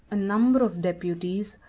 a number of deputies,